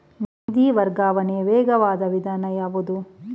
ನಿಧಿ ವರ್ಗಾವಣೆಯ ವೇಗವಾದ ವಿಧಾನ ಯಾವುದು?